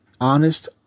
honest